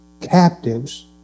captives